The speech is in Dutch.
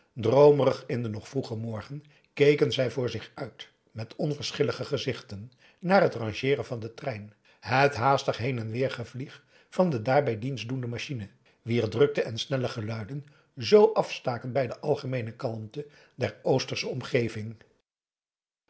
droomerig in den nog vroegen morgen keken zij voor zich uit met onverschillige gezichten naar het rangeeren van den trein het haastig heen en weer gevlieg van de daarbij dienstdoende machine wier drukte en snelle geluiden zoo afstaken bij de algemeene kalmte der oostersche omgeving